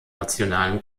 nationalen